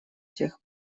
тех